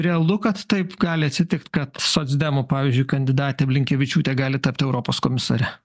realu kad taip gali atsitikt kad socdemų pavyzdžiui kandidatė blinkevičiūtė gali tapti europos komisare